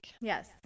Yes